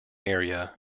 area